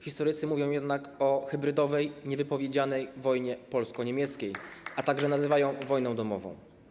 Historycy mówią jednak o hybrydowej, niewypowiedzianej wojnie polsko-niemieckiej, a także nazywają to wojną domową.